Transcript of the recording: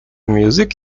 music